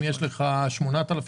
אם יש לך 8,000,